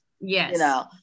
Yes